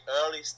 early